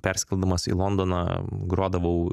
persikeldamas į londoną grodavau